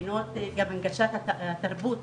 גם הנגשת התרבות,